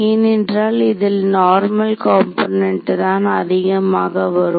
ஏனென்றால் இதில் normal component தான் அதிகமாக வரும்